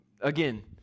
again